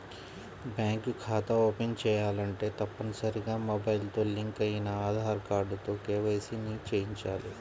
bank ఖాతా open చేయాలంటే తప్పనిసరిగా మొబైల్ తో లింక్ అయిన ఆధార్ కార్డుతో కేవైసీ ని చేయించాలి